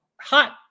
hot